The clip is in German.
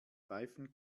pfeifen